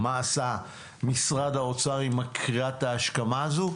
מה עשה משרד האוצר עם קריאת ההשכמה הזו,